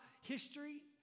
history